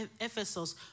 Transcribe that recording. Ephesus